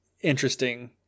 interesting